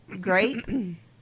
grape